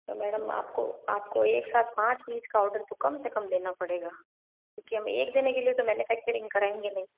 तो मैडम आपको आपको एक साथ पाँच पीस का ऑर्डर तो कम से कम लेना पड़ेगा क्योंकि हम एक जने के लिए तो मैन्युफैक्चरिंग कराएंगे नहीं